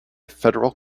federal